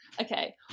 Okay